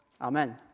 Amen